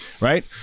right